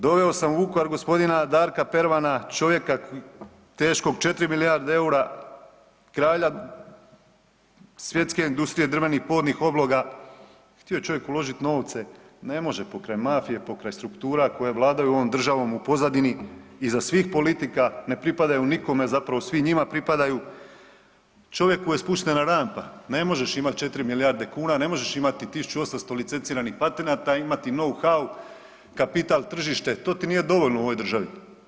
Doveo sam u Vukovar gospodina Darka Pervana čovjeka teškog četiri milijarde eura, kralja svjetske industrije drvenih podnih obloga, htio je čovjek uložiti novce, ne može pokraj mafije, pokraj struktura koje vladaju ovom državom u pozadini iza svih politika, ne pripadaju nikome zapravo svi njima pripadaju, čovjeku je spuštena rampa, ne možeš imati četiri milijarde kuna, ne možeš imati 1800 licenciranih patenata imati, now how kapital tržište, to ti nije dovoljno u ovoj državi.